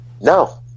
No